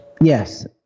Yes